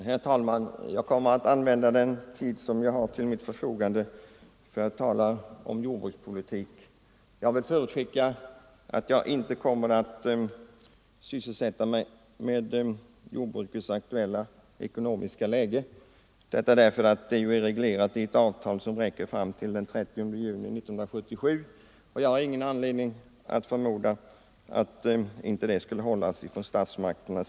Herr talman! Jag kommer att använda den tid jag har till mitt förfogande för att tala jordbrukspolitik. Jag vill förutskicka att jag inte tänker tala om jordbrukets aktuella ekonomiska läge, detta därför att det är reglerat i ett avtal som löper fram till den 30 juni 1977. Jag har heller ingen anledning att förmoda att det inte kommer att hållas av statsmakterna.